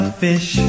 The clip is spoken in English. fish